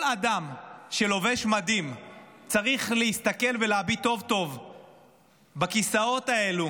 כל אדם שלובש מדים צריך להסתכל ולהביט טוב-טוב בכיסאות האלה,